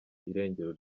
irengero